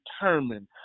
determined